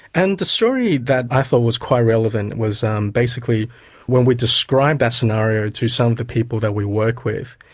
and the story that i thought was quite relevant was basically when we describe that scenario to some of the people that we work with,